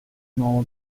nuovo